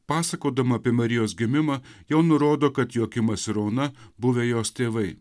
pasakodama apie marijos gimimą jau nurodo kad joakimas ir ona buvę jos tėvai